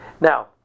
now